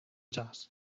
jazz